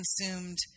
consumed